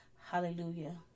Hallelujah